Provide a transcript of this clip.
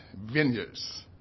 vineyards